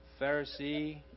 Pharisee